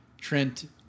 Trent